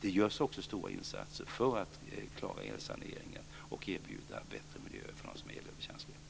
Det görs också stora insatser för att klara elsaneringen och erbjuda bättre miljöer för dem som är elöverkänsliga.